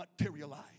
materialize